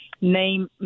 name